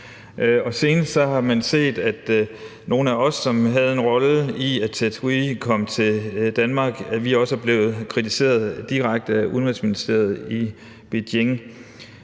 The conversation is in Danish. Senest har man set, at nogle af os, som havde en rolle i, at Ted Hui kom til Danmark, også er blevet kritiseret direkte af Udenrigsministeriet i Beijing.